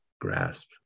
grasp